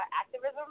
activism